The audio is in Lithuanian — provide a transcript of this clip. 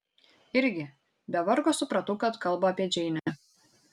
irgi be vargo supratau kad kalba apie džeinę